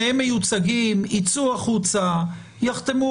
שניהם מיוצגים, יצאו החוצה, יחתמו